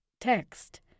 text